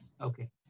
okay